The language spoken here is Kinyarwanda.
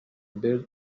nobel